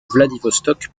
vladivostok